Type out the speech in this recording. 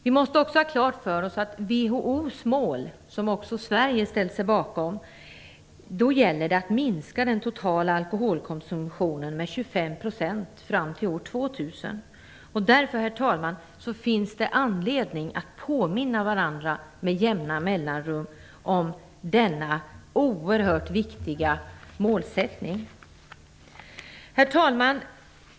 Vi måste också ha klart för oss att WHO:s mål, som även Sverige ställt sig bakom, gäller att minska den totala alkoholkonsumtionen med 25 % fram till år 2000. Därför finns det anledning att påminna varandra med jämna mellanrum om denna oerhört viktiga målsättning. Herr talman!